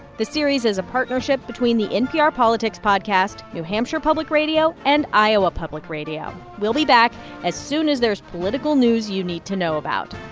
the series is a partnership between the npr politics podcast, new hampshire public radio and iowa public radio. we'll be back as soon as there's political news you need to know about.